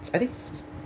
I think is